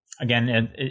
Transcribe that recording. Again